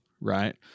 right